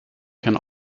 can